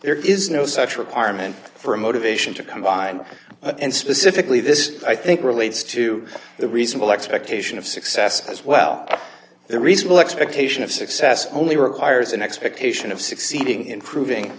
there is no such requirement for a motivation to combine and specifically this i think relates to the reasonable expectation of success as well the reasonable expectation of success only requires an expectation of succeeding in proving